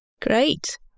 Great